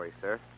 sir